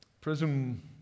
Prison